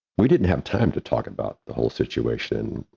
we didn't have time to talk about the whole situation,